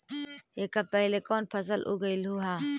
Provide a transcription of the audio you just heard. एकड़ पहले कौन फसल उगएलू हा?